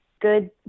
good